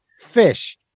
Fish